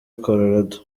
colorado